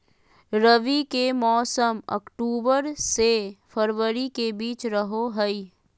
रबी के मौसम अक्टूबर से फरवरी के बीच रहो हइ